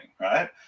right